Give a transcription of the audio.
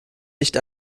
nicht